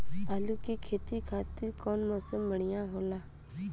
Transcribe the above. आलू के खेती खातिर कउन मौसम बढ़ियां होला?